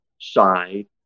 side